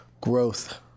growth